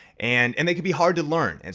and and they could be hard to learn. and